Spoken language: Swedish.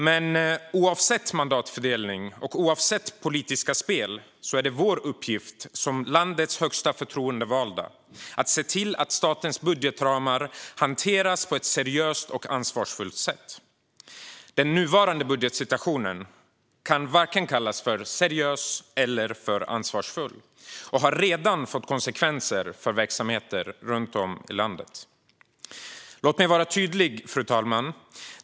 Men oavsett mandatfördelning och politiska spel är uppgiften för oss som landets högsta förtroendevalda att se till att statens budgetramar hanteras på ett seriöst och ansvarsfullt sätt. Den nuvarande budgetsituationen kan inte kallas vare sig seriös eller ansvarsfull och har redan fått konsekvenser för verksamheter runt om i landet. Låt mig vara tydlig, fru talman.